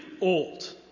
old